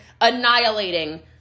annihilating